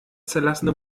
zerlassene